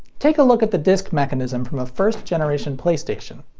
take a look at the disc mechanism from a first generation playstation.